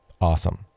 Awesome